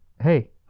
hey